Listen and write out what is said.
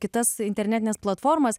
kitas internetines platformas